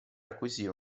acquisire